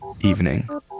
evening